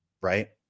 right